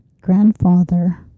grandfather